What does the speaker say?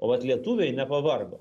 o vat lietuviai nepavargo